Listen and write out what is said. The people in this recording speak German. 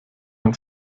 man